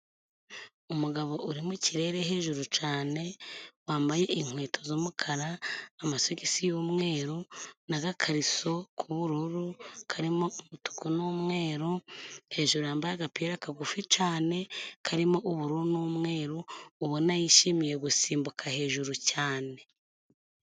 Umugabo uri mu kirere hejuru cane, wambaye inkweto z'umukara, amasogisi y'umweru, n'agakariso k'ubururu karimo umutuku n'umweru, hejuru yambaye agapira kagufi cane karimo ubururu n'umweru ,ubona yishimiye gusimbuka hejuru cane.